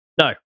No